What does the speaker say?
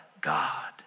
God